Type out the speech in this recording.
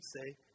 say